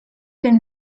then